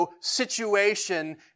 situation